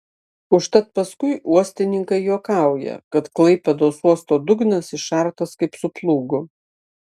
užtat paskui uostininkai juokauja kad klaipėdos uosto dugnas išartas kaip su plūgu